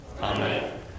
Amen